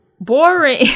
Boring